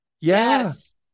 Yes